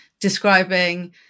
describing